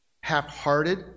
half-hearted